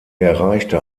erreichte